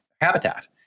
habitat